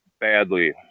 badly